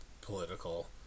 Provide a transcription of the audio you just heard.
political